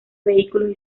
vehículos